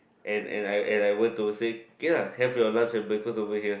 and and I and I were to say K lah have your lunch and breakfast over here